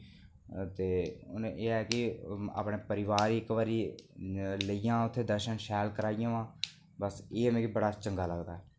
ते एह् ऐ की अपने परिवार गी इक्क बारी लेई जावां उत्थै दर्शन शैल कराई आवां बस इयै मिगी बड़ा चंगा लगदा